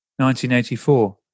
1984